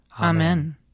Amen